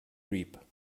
reap